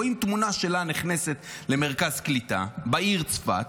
רואים תמונה שלה נכנסת למרכז קליטה בעיר צפת,